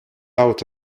out